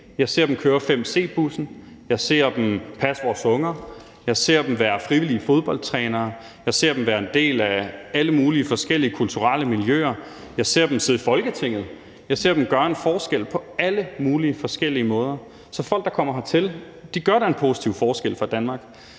Jeg ser dem køre 5 C-bussen, jeg ser dem passe vores unger, jeg ser dem være frivillige fodboldtrænere, jeg ser dem være en del af alle mulige forskellige kulturelle miljøer, jeg ser dem sidde i Folketinget, jeg ser dem gøre en forskel på alle mulige forskellige måder. Så folk, der kommer hertil, gør da en positiv forskel for Danmark.